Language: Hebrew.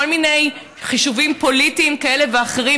כל מיני חישובים פוליטיים כאלה ואחרים,